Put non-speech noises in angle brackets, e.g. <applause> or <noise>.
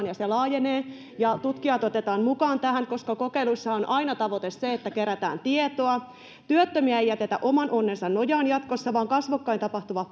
<unintelligible> ja se laajenee ja tutkijat otetaan mukaan tähän koska kokeiluissahan on aina tavoitteena se että kerätään tietoa työttömiä ei jätetä oman onnensa nojaan jatkossa vaan kasvokkain tapahtuva <unintelligible>